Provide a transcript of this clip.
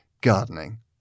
gardening